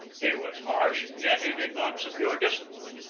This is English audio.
he was harsh, yet he did not secure discipline.